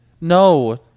No